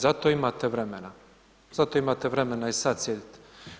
Za to imate vremena, za to imate vremena i sad sjedit.